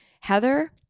Heather